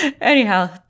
Anyhow